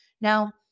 Now